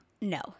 No